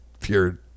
pure